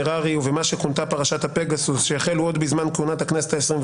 כפי שפרסמנו, זו הצבעה שדחינו מאתמול.